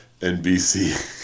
NBC